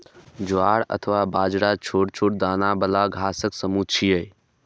ज्वार अथवा बाजरा छोट छोट दाना बला घासक समूह छियै